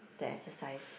the exercise